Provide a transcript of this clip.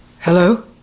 Hello